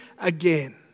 again